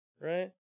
Right